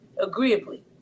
agreeably